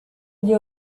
gli